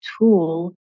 tool